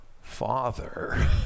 Father